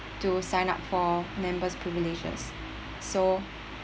to sign up for members privileges so